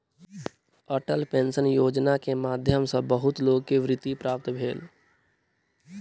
Atal pension योजना के माध्यम सॅ बहुत लोक के वृत्ति प्राप्त भेल